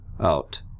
out